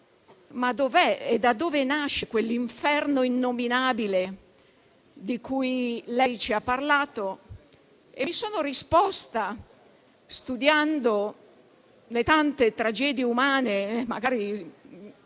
chiesta: da dove nasce quell'inferno innominabile di cui lei ci ha parlato? Mi sono risposta, studiando le tante tragedie umane e magari